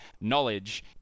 knowledge